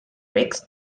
rics